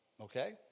Okay